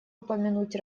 упомянуть